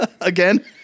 again